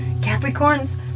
Capricorns